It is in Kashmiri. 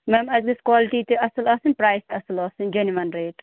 میم اَسہِ گژھِ کالٹی تہِ اَصٕل آسٕنۍ پرٛایِز تہِ اَصٕل آسٕنۍ جینوَن ریٹ